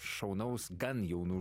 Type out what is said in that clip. šaunaus gan jaunų